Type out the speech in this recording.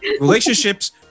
Relationships